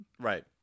right